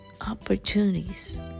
opportunities